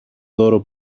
δώρο